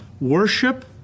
worship